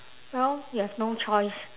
well we have no choice